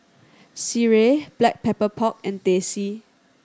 sireh Black Pepper Pork and Teh C